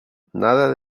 nada